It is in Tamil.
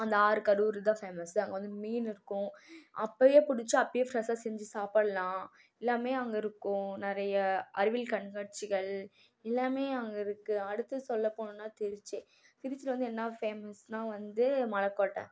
அந்த ஆறு கரூர் தான் ஃபேமஸு அங்கே வந்து மீன் இருக்கும் அப்போயே பிடிச்சி அப்போயே ஃப்ரெஷ்ஷா செஞ்சு சாப்பிட்லாம் எல்லாமே அங்கே இருக்கும் நிறைய அறிவியல் கண்காட்சிகள் எல்லாமே அங்கே இருக்குது அடுத்து சொல்ல போணும்ன்னா திருச்சி திருச்சியில் வந்து என்ன ஃபேமஸுனா வந்து மலக்கோட்டை